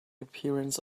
appearance